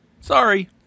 Sorry